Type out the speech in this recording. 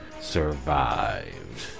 Survived